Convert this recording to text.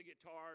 guitar